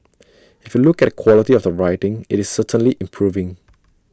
if you look at quality of the writing IT is certainly improving